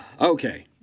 Okay